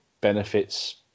benefits